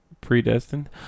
predestined